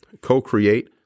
co-create